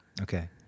okay